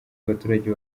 abaturage